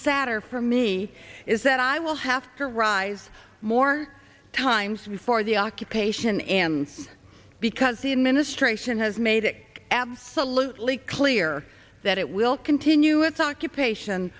sadder for me is that i will have to rise more times before the occupation and because the administration has made it absolutely clear that it will continue its occupation